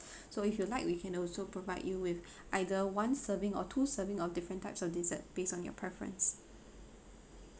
so if you like we can also provide you with either one serving of two serving of different types of desert based on your preference